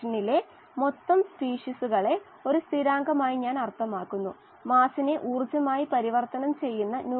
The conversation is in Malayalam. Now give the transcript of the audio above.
അതിനാൽ ഇലക്ട്രോൺ സ്വീകരിക്കാൻ ബയോ റിയാക്ടറുകളിൽ ഓക്സിജൻ വിതരണം ചെയ്യേണ്ടതുണ്ട്